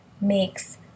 makes